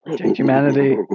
humanity